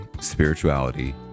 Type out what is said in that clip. spirituality